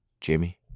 Jimmy